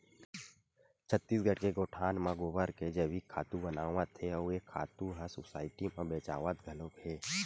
छत्तीसगढ़ के गोठान म गोबर के जइविक खातू बनावत हे अउ ए खातू ह सुसायटी म बेचावत घलोक हे